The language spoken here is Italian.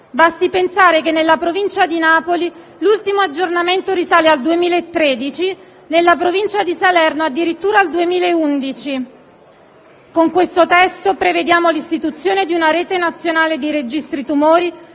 Basti pensare che nella provincia di Napoli l'ultimo aggiornamento risale al 2013, nella provincia di Salerno addirittura al 2011. Con questo testo prevediamo l'istituzione di una Rete nazionale dei registri dei tumori